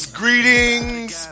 greetings